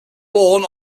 born